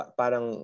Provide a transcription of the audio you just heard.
parang